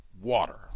water